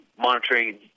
monitoring